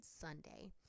Sunday